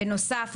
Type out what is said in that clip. בנוסף,